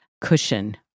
cushion